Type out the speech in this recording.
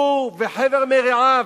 הוא וחבר מרעיו,